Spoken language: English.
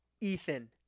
Ethan